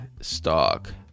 stock